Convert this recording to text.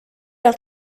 leur